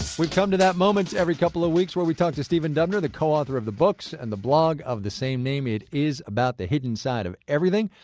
we've come to that moment every couple of weeks, where we talk to stephen dubner, the co-author of the books and the blog of the same name it is about the hidden side of everything.